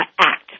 act